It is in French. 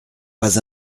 pas